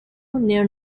near